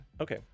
Okay